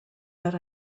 but